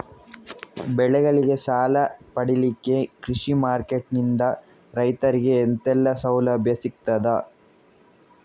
ಬೆಳೆಗಳಿಗೆ ಸಾಲ ಪಡಿಲಿಕ್ಕೆ ಕೃಷಿ ಮಾರ್ಕೆಟ್ ನಿಂದ ರೈತರಿಗೆ ಎಂತೆಲ್ಲ ಸೌಲಭ್ಯ ಸಿಗ್ತದ?